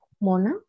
Mona